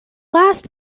last